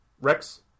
Rex